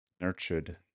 nurtured